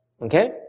Okay